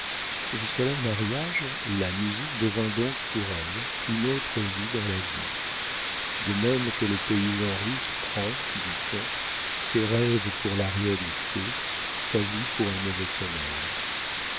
leur mariage la musique devint donc pour elles une autre vie dans la vie de même que le paysan russe prend dit-on ses rêves pour la réalité sa vie pour un mauvais sommeil